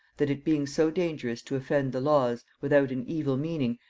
that it being so dangerous to offend the laws, without an evil meaning,